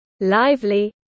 Lively